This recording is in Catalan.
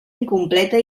incompleta